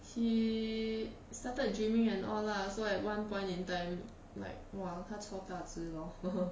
he started gymming and all lah so at one point in time like !wah! 他超大只 lor